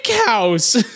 house